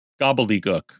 Gobbledygook